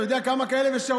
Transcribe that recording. אתה יודע כמה כאלה יש?